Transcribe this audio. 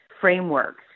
frameworks